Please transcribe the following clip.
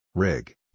Rig